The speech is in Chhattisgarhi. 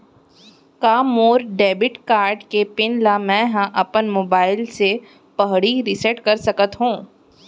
का मोर डेबिट कारड के पिन ल मैं ह अपन मोबाइल से पड़ही रिसेट कर सकत हो?